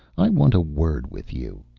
i want a word with you.